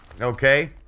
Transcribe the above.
Okay